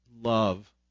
love